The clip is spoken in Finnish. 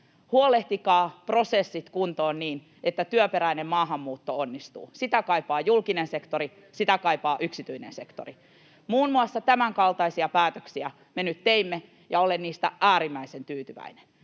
huolehtikaa prosessit kuntoon niin, että työperäinen maahanmuutto onnistuu. Sitä kaipaa julkinen sektori, sitä kaipaa yksityinen sektori. Muun muassa tämänkaltaisia päätöksiä me nyt teimme, ja olen niistä äärimmäisen tyytyväinen.